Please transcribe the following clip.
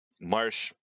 Marsh